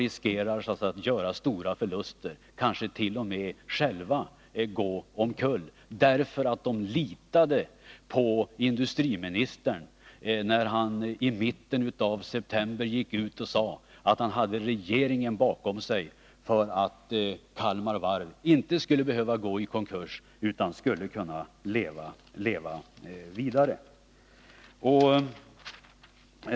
Dessa underleverantörer riskerar att göra stora förluster, kanske t.o.m. att själva gå omkull, därför att de litade på industriministern när han i mitten av september gick ut och sade att han hade regeringen bakom sig för att Kalmar Varv inte skulle behöva gå i konkurs utan kunna leva vidare.